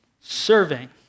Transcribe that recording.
serving